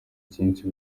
byinshi